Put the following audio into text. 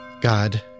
God